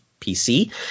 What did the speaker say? PC